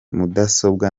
mudasobwa